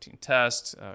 test